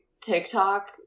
TikTok